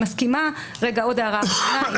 הערה אחרונה,